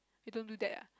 you don't do that ah